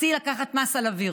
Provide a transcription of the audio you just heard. תציעי לקחת מס על אוויר.